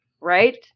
right